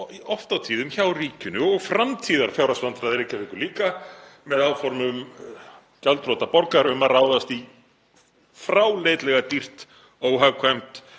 oft og tíðum hjá ríkinu og framtíðarfjárhagsvandræði Reykjavíkur líka með áform gjaldþrota borgar um að ráðast í fráleitlega dýrt, óhagkvæmt